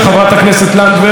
והיא הייתה מאוד ניצית.